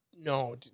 No